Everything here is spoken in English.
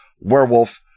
werewolf